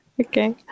Okay